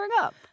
up